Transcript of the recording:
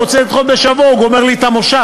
הוא רוצה לדחות בשבוע, הוא גומר לי את המושב.